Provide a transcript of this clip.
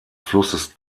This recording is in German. flusses